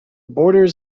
borders